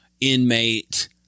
inmate